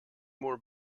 more